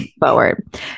forward